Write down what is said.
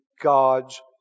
God's